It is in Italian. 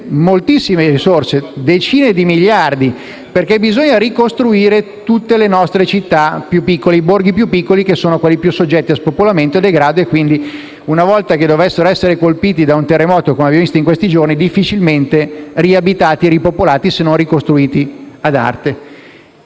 moltissime risorse, per decine di miliardi, perché bisognava ricostruire tutte le nostre città, e soprattutto i borghi più piccoli, che sono quelli più soggetti a spopolamento e a degrado, i quali, qualora dovessero essere colpiti da un terremoto - come abbiamo visto negli ultimi giorni - difficilmente verrebbero riabitati e ripopolati, se non ricostruiti ad arte.